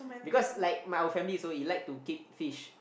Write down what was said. because like my old family also he like to keep fish